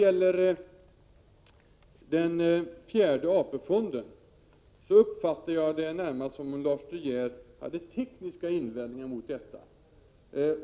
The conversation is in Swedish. Beträffande fjärde AP-fonden uppfattade jag det närmast så att Lars De Geer hade tekniska invändningar.